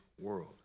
world